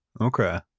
Okay